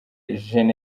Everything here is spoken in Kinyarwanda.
gen